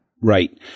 Right